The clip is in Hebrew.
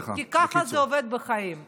כל עוד זה לא קרה הסיפור לא